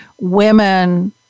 women